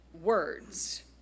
words